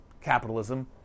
capitalism